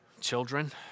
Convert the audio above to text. children